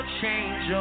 change